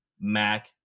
Mac